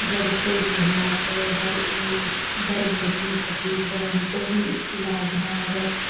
अगर कोइ महिला छै अगर ओ गर्भवती छथिन तऽ हुनको भी इलाज नऽ अगर